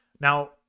Now